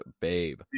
babe